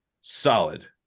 solid